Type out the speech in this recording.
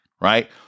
right